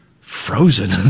frozen